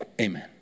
Amen